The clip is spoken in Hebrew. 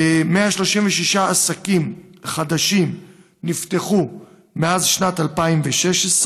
136 עסקים חדשים נפתחו מאז שנת 2016,